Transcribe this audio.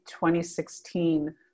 2016